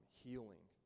healing